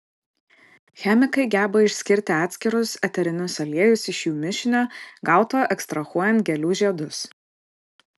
chemikai geba išskirti atskirus eterinius aliejus iš jų mišinio gauto ekstrahuojant gėlių žiedus